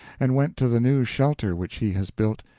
and went to the new shelter which he has built,